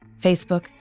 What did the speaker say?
Facebook